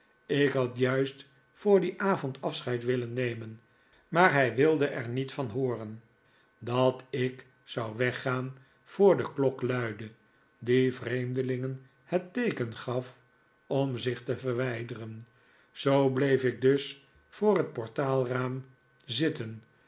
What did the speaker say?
ik had juist voor dien avond afscheid willen nemen maar hij wilde er niet van hooren dat ik zou weggaan voor de klok luidde die vreemdelingen het teeken gaf om zich te verwijderen zoo bleef ik dus voor het portaalraam zitten